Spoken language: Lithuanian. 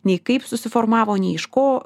nei kaip susiformavo ne iš ko